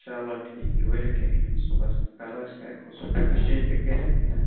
چلو ٹھیٖک چھُ ؤلِوٗ کیٚنٛہہ چھُنہٕ صُبَحس کرو أسۍ اٮ۪کٕس چینج تہِ کٔرِتھ